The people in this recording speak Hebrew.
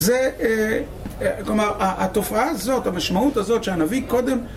כלומר, התופעה הזאת, המשמעות הזאת שהנביא קודם